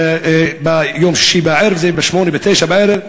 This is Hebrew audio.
ביום שישי בערב, 20:00, 21:00,